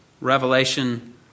revelation